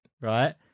right